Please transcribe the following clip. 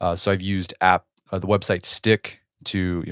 ah so i've used app, ah the website stick to,